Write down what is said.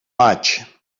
maig